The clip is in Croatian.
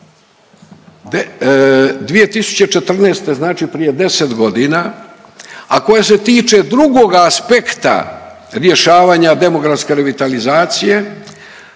2014., znači prije 10.g., a koja se tiče drugoga aspekta rješavanja demografske revitalizacije